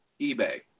eBay